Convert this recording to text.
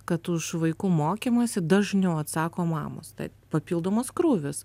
kad už vaikų mokymąsi dažniau atsako mamos tai papildomas krūvis